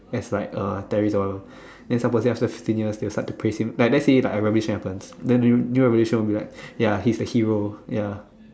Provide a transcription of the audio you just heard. that's like a daily dollar then supposedly after fifteen years they will start to praise him like let's say like a revolution happens then the new new revolution will be like ya his a hero ya